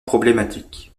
problématique